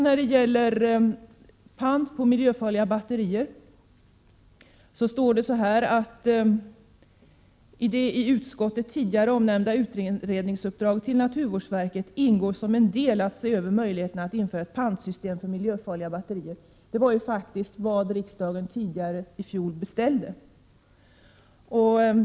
När det gäller pant på miljöfarliga batterier står det i vår reservation att det i ”det av utskottet tidigare omnämnda utredningsuppdraget till naturvårdsverket ingår som en del att se över möjligheterna att införa ett pantsystem för miljöfarliga batterier”. Det var vad riksdagen tidigare i fjol beställde.